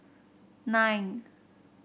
nine